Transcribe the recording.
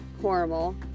horrible